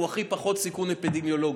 הוא עם הכי פחות סיכון אפידמיולוגי.